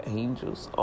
angels